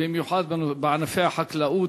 במיוחד בענפי החקלאות.